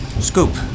scoop